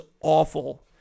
awful